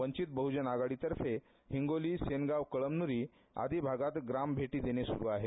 वंचित बहजन आघाडीतर्फे हिंगोली सेनगाव कळमन्री आदी भागात ग्राम भेटी देणे सुरु आहे